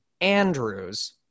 Andrews